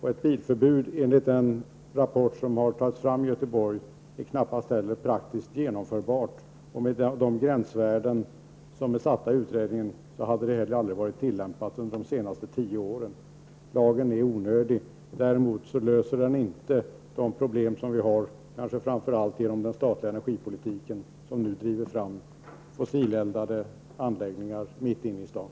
Ett bilförbud enligt den rapport som har tagits fram i Göteborg är knappast heller praktiskt genomförbart. Med de gränsvärden som har satts av utredningen hade ett förbud heller aldrig tillämpats under de senaste tio åren. Lagen är onödig, och den löser inte de problem vi har. Dessa är framför allt en följd av den statliga energipolitiken, som nu driver fram fossileldade anläggningar mitt inne i staden.